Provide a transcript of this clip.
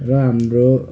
र हाम्रो